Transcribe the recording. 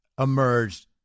emerged